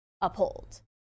uphold